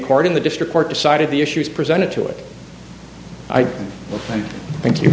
court in the district court decided the issues presented to it i thank you